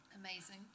Amazing